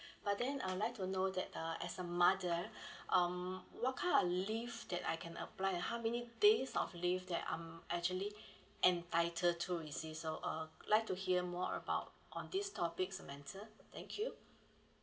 but then I would like to know that uh as a mother um what kind of leave that I can apply and how many days of leave that I'm actually entitle to with this so uh like to hear more about on this topic samantha thank you